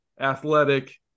athletic